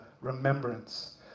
remembrance